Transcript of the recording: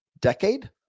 decade